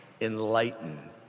enlighten